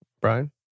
Brian